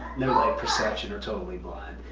no light perception, or totally blind.